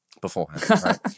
beforehand